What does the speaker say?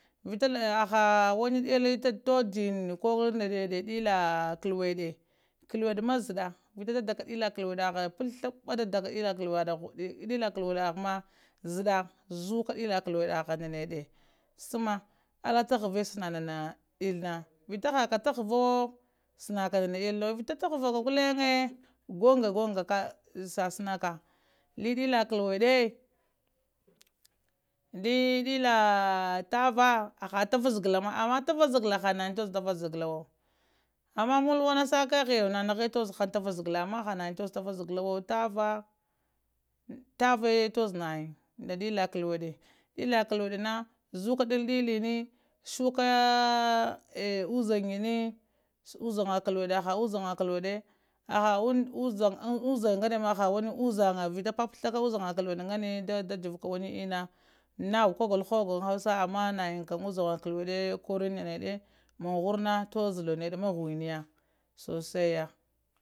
Vita haha dillanda toddiya kowo ndanəde dilla kaplueɗe kaplueɗe neɗina zəɗa zuka dilla kallued aha nda nedde səma alla tahaca sanan nana dillina vita haka tahavawo sənaka nana sillina wo vita tahalaka gulleŋ gunga gunga sasinaka li dilla kallwede li dilla tavah, haha tavah zigila ma ama hanayan tozowo tavah zigikawo ama malwa na shakehiyo nanihi tozowo hange tavah zigilla ama ha nanyin tozowo zigillowo, tavahe togzowo nayan nda dilla kallwede, dilla kallwede na zukka dilli ni suka uzangani uzanga kallwede haha uzanga kallut, haha uzanga anungane ma vita phapastha ka uzanga kallweɗe ngane da zovoka ta wani inna nan kagulowo nda hausa ama naŋina kam uzanga kallweda koriyan nda nede ma wurna tozzolo nedema huniya sosaiya.